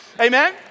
Amen